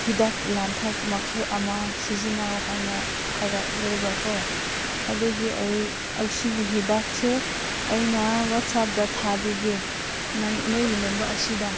ꯍꯤꯗꯥꯛ ꯂꯥꯡꯊꯛ ꯃꯈꯜ ꯑꯃ ꯁꯤꯖꯤꯟꯅꯧ ꯍꯥꯏꯅ ꯍꯥꯏꯔꯛꯂꯦꯕꯀꯣ ꯑꯗꯨꯒꯤ ꯑꯩ ꯑꯩ ꯁꯤꯒꯤ ꯍꯤꯗꯥꯛꯁꯦ ꯑꯩꯅ ꯋꯥꯆꯞꯇ ꯊꯥꯕꯤꯒꯦ ꯅꯣꯏ ꯅꯣꯏꯒꯤ ꯅꯝꯕꯔ ꯑꯁꯤꯗ